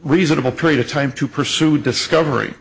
reasonable period of time to pursue discovery